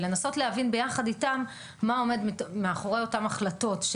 ולנסות להבין ביחד איתם מה עומד מאחורי אותן החלטות,